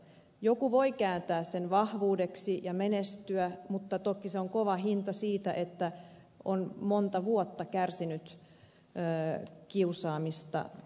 joku voi kääntää sen vahvuudeksi ja menestyä mutta toki se on kova hinta siitä että on monta vuotta kärsinyt kiusaamista